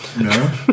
No